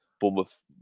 Bournemouth